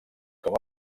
com